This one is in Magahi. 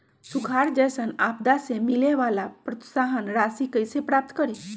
सुखार जैसन आपदा से मिले वाला प्रोत्साहन राशि कईसे प्राप्त करी?